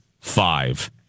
five